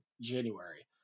January